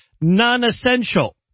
non-essential